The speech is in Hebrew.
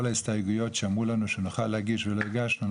ההסתייגויות שאמרו לנו שנוכל להגיש ולא הגשנו.